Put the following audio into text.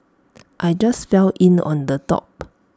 I just fell in on the top